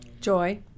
Joy